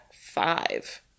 five